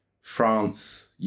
France